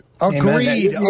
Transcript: Agreed